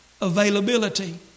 availability